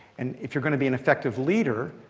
and if you're going to be an effective leader,